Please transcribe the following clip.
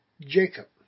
Jacob